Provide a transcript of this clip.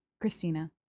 Christina